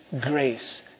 grace